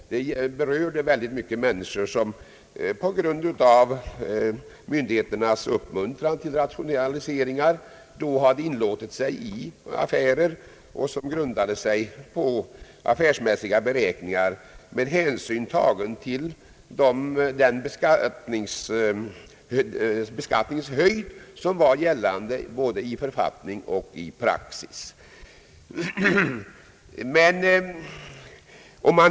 Ändringen berörde ett stort antal skogsbrukare som på grund av myndigheternas uppmuntran till rationaliseringar hade inlåtit sig på affärer med utgångspunkt från beräkningar vilka grundades på den beskattningshöjd som var gällande både i författning och i praxis.